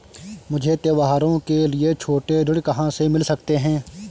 मुझे त्योहारों के लिए छोटे ऋण कहाँ से मिल सकते हैं?